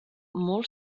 molt